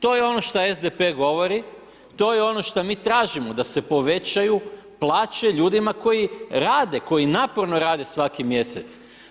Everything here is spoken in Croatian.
To je ono što SDP govori, to je ono što mi tražimo da se povećaju plaće ljudima koji rade, koji naporno rade svaki mjesec.